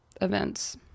events